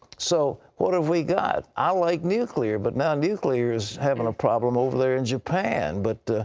so, what have we got i like nuclear, but now nuclear is having a problem over there in japan. but,